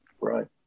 Right